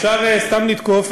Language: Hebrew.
אפשר סתם לתקוף,